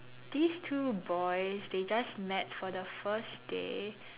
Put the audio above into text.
these two boys they just met for the first day